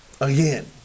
again